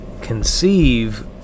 conceive